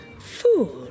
food